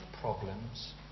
problems